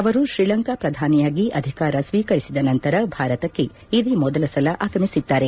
ಅವರು ಶ್ರೀಲಂಕಾ ಪ್ರಧಾನಿಯಗಿ ಅಧಿಕಾರ ಸ್ವೀಕರಿಸಿದ ನಂತರ ಭಾರತಕ್ಕೆ ಇದೇ ಮೊದಲ ಸಲ ಆಗಮಿಸಿದ್ದಾರೆ